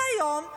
והיום,